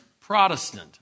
Protestant